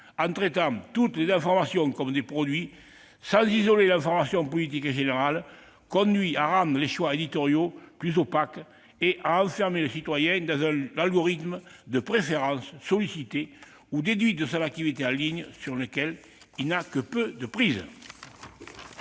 en traitant toutes les informations comme des produits sans isoler l'information politique et générale, conduit à rendre les choix éditoriaux plus opaques et à enfermer le citoyen dans un algorithme de « préférences » sollicitées ou déduites de son activité en ligne, sur lequel nous n'avons que peu de prise